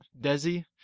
DESI